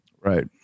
Right